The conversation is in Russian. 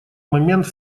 момент